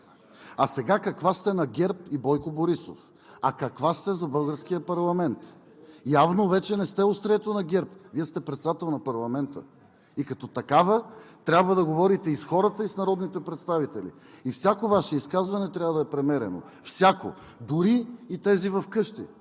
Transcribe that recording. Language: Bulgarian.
а сега каква сте на ГЕРБ и Бойко Борисов, а каква сте за българския парламент?! Явно вече не сте острието на ГЕРБ. Вие сте председател на парламента и като такава трябва да говорите и с хората, и с народните представители, и всяко Ваше изказване трябва да е премерено. Всяко, дори и тези вкъщи,